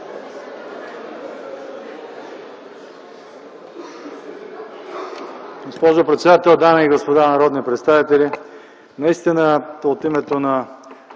Госпожо председател, дами и господа народни представители, наистина от името на